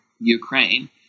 ukraine